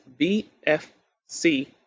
BFC